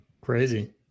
Crazy